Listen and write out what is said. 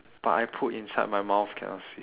but I put inside my mouth cannot see